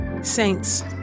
Saints